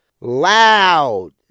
Loud